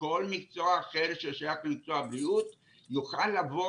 בכל מקצוע אחר ששייך למקצוע הבריאות יוכל לבוא